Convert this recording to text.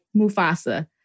Mufasa